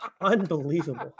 Unbelievable